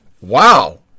wow